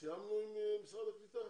סיימנו עם משרד הקליטה.